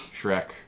Shrek